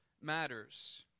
matters